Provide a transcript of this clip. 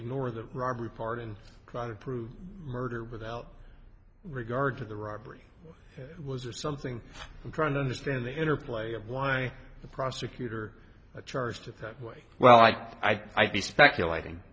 ignore the robbery part and try to prove murder without regard to the robbery was or something i'm trying to understand the interplay of why the prosecutor a charge that way well i i'd be speculating